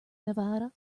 nevada